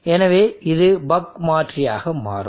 எனவே இது பக் மாற்றியாக மாறும்